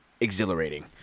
exhilarating